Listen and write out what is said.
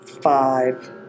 Five